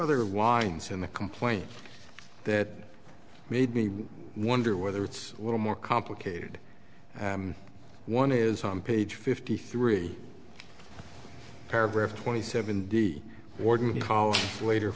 other wines in the complaint that made me wonder whether it's a little more complicated one is on page fifty three paragraph twenty seven day ordinary house later